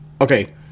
Okay